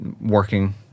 working